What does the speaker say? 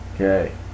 Okay